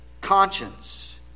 conscience